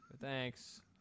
Thanks